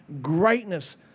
greatness